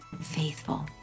faithful